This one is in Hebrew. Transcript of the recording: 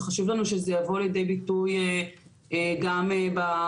וחשוב לנו שזה יבוא לידי ביטוי גם בכתובים.